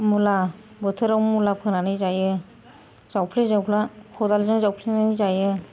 मुला बोथोराव मुला फोनानै जायो जावफ्ले जावफ्ला खदालजों जावफ्लेनानै जायो